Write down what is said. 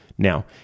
Now